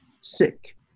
sick